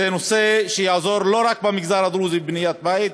זה נושא שיעזור לא רק במגזר הדרוזי לבניית בית,